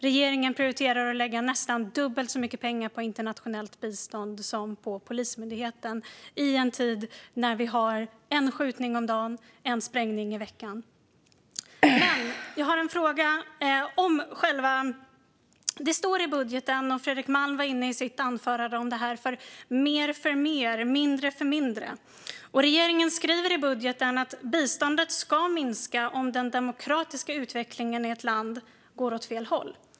Regeringen prioriterar att lägga nästan dubbelt så mycket pengar på internationellt bistånd som på Polismyndigheten i en tid när vi har en skjutning om dagen och en sprängning i veckan. Det står i budgeten, och Fredrik Malm var inne på det här i sitt anförande, om mer för mer och mindre för mindre. Regeringen skriver i budgeten att biståndet ska minska om den demokratiska utvecklingen i ett land går åt fel håll.